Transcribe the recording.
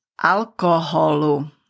alkoholu